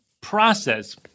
process